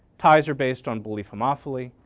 ties are based on belief homophily.